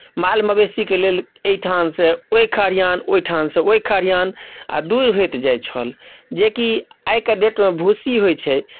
माल मवेशीक लेल एहिठामसँ ओहि खरिहान ओहिठामसँ ओहि खरिहान आ दुरि होइत जाइत छल जेकि आइके डेटमे भूसी होइत छै